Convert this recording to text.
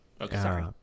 Okay